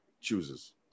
chooses